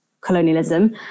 colonialism